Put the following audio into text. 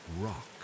rock